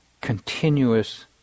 continuous